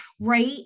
Right